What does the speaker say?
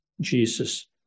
Jesus